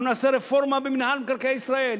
אנחנו נעשה רפורמה במינהל מקרקעי ישראל.